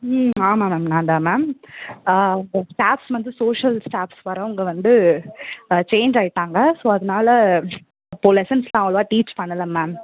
ம் ஆமாம் மேம் நான் தான் மேம் இப்போ ஸ்டாஃப்ஸ் வந்து சோசியல் ஸ்டாஃப்ஸ் வர்றவங்க வந்து சேஞ்ச் ஆகிட்டாங்க ஸோ அதனால அப்போது லெசன்ஸுலாம் அவ்வளோவா டீச் பண்ணலை மேம்